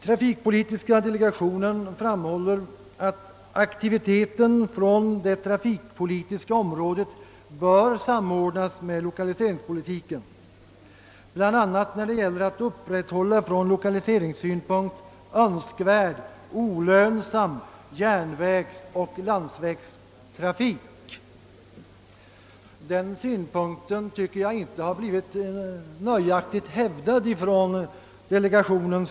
Trafikpolitiska delegationen framhåller att aktivitet på det trafikpolitiska området bör samordnas med lokaliseringspolitiken, bl.a. när det gäller att upprätthålla från lokaliseringssynpunkt önskvärd, olönsam järnvägsoch landsvägstrafik. Den synpunkten tycker jag inte har blivit nöjaktigt hävdad av delegationen.